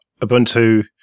Ubuntu